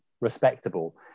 respectable